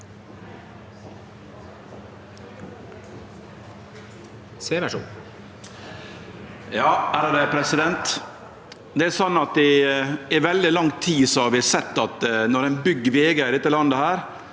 I veldig lang tid har vi sett at når ein byggjer vegar i dette landet,